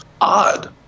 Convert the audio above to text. odd